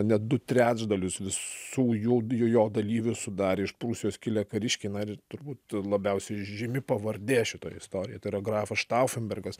net du trečdalius visų jų jo jo dalyvių sudarė iš prūsijos kilę kariškiai na ir turbūt labiausiai žymi pavardė šitoj istorijoj tai yra grafas štaufenbergas